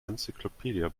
encyclopedia